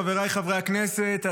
חבריי חברי הכנסת,